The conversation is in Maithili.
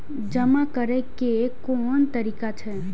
जमा करै के कोन तरीका छै?